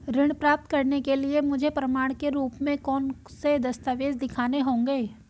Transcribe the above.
ऋण प्राप्त करने के लिए मुझे प्रमाण के रूप में कौन से दस्तावेज़ दिखाने होंगे?